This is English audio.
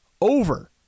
over